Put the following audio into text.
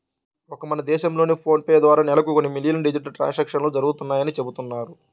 ఒక్క మన దేశంలోనే ఫోన్ పే ద్వారా నెలకు కొన్ని మిలియన్ల డిజిటల్ ట్రాన్సాక్షన్స్ జరుగుతున్నాయని చెబుతున్నారు